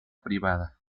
privada